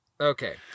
Okay